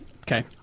Okay